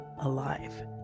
alive